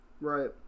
right